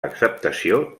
acceptació